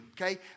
Okay